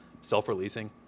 self-releasing